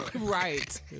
Right